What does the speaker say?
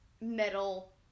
metal